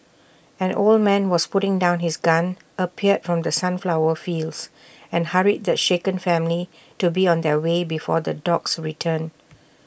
an old man who was putting down his gun appeared from the sunflower fields and hurried the shaken family to be on their way before the dogs return